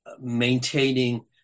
maintaining